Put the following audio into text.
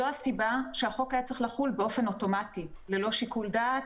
זאת הסיבה שהחוק היה צריך לחול באופן אוטומטי ללא שיקול דעת